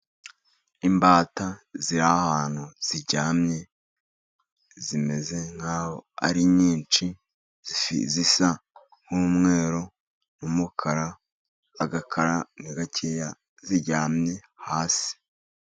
Imbata ziri ahantu , ziryamye zimeze nk'aho ari nyinshi . Zisa nk'umweru n'umukara ,agakara ni gakeya , ziryamye hasi.